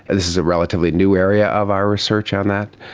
and this is a relatively new area of our research on that,